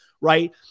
right